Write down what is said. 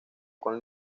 con